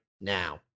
now